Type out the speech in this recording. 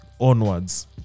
onwards